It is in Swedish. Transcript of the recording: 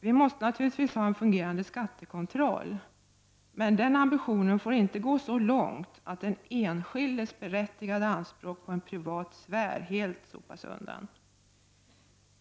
Vi måste naturligtvis ha en fungerande skattekontroll, men denna ambi tion får inte gå så långt att den enskildes berättigade anspråk på en privat sfär helt sopas undan.